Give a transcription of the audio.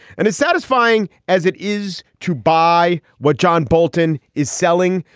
and as satisfying as it is to buy what john bolton is selling,